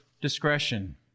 discretion